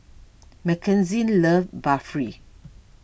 Mckenzie love Barfi